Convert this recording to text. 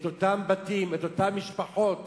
את אותם בתים, את אותן משפחות.